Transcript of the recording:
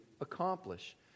accomplish